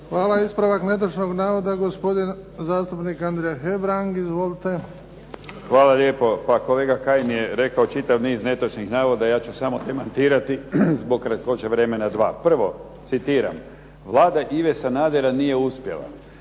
Hvala. Ispravak netočnog navoda, gospodin zastupnik Andrija Hebrang. Izvolite. **Hebrang, Andrija (HDZ)** Hvala lijepo. Pa kolega Kajin je rekao čitav niz netočnih navoda. Ja ću samo demantirati zbog kratkoće vremena dva. Prvo, citiram: "Vlada Ive Sanadera nije uspjela."